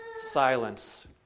Silence